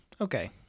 Okay